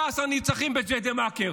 13 נרצחים בג'דיידה-מכר.